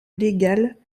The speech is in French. légale